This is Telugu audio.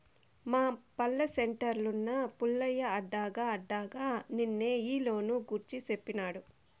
మా పల్లె సెంటర్లున్న పుల్లయ్య అడగ్గా అడగ్గా నిన్నే ఈ లోను గూర్చి సేప్పినాడు